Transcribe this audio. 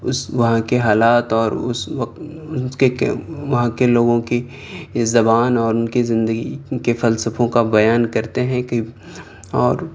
اس وہاں کے حالات اور اس وقت وہاں کے لوگوں کی زبان اور ان کی زندگی کے فلسفوں کا بیان کرتے ہیں کہ اور